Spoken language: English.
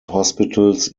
hospitals